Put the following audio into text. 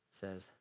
Says